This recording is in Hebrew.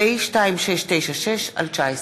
פ/2696/19.